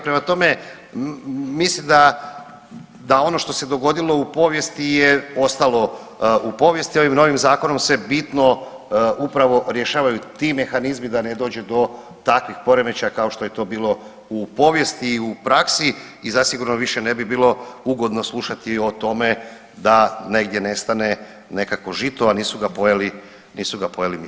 Prema tome, mislim da, da ono što se dogodilo u povijesti je ostalo u povijesti, a ovim novim zakonom se bitno upravo rješavaju ti mehanizmi da ne dođe do takvih poremećaja kao što je to bilo u povijesti i u praksi i zasigurno više ne bi bilo ugodno slušati o tome da negdje nestane nekakvo žito, a nisu ga pojeli, nisu ga pojeli miševi.